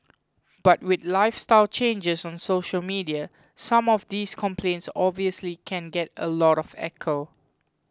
but with lifestyle changes and social media some of these complaints obviously can get a lot of echo